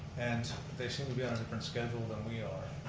and they seem to be on a different schedule than we are.